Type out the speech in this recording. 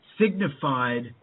signified